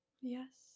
Yes